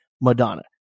Madonna